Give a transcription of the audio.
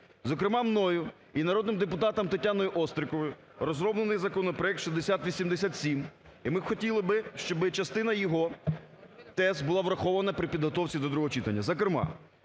Зокрема, мною і народним депутатом Тетяною Остріковою розроблений законопроект 6087. І ми хотіли би, щоб частина його теж була врахована при підготовці до другого читання. Зокрема,